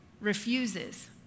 refuses